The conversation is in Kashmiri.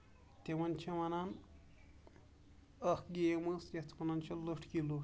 تِمن چھِ وَنان اکھ گیم ٲس یِتھ وَنان چھِ لٔٹھکی لوٹ